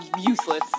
useless